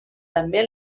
també